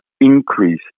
increase